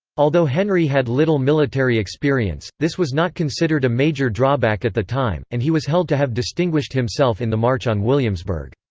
although henry had little military experience, this was not considered a major drawback at the time, and he was held to have distinguished himself in the march on williamsburg.